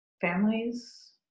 families